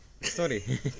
Sorry